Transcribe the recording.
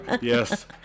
Yes